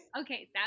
Okay